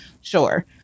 Sure